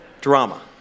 drama